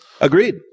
Agreed